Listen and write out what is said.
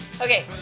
Okay